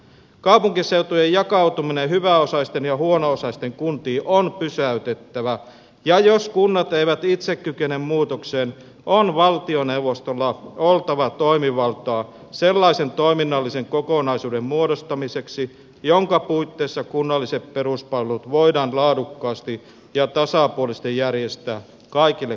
kaupunkiseutujen jakautuminen hyväosaisten ja huono osaisten kuntiin on pysäytettävä ja jos kunnat eivät itse kykene muutokseen on valtioneuvostolla oltava toimivaltaa sellaisen toiminnallisen kokonaisuuden muodostamiseksi jonka puitteissa kunnalliset peruspalvelut voidaan laadukkaasti ja tasapuolisesti järjestää kaikille kansalaisille